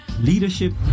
leadership